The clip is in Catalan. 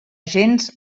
gens